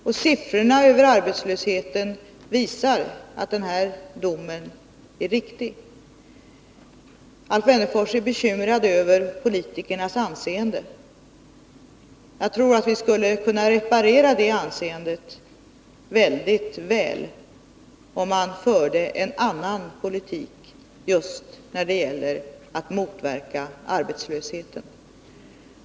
Och siffrorna över arbetslösheten visar att den här domen är riktig. r Alf Wennerfors är bekymrad över politikernas anseende. Jag tror att vi skulle kunna reparera det anseendet väldigt väl, om det fördes en annan politik just när det gäller att motverka arbetslösheten.